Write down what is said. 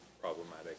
problematic